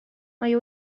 mae